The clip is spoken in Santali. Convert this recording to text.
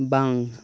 ᱵᱟᱝ